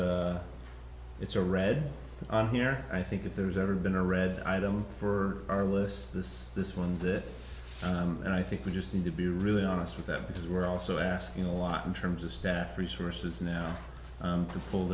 me it's a read on here i think if there's ever been a red item for our list this this one's it and i think we just need to be really honest with that because we're also asking a lot in terms of staff resources now to pull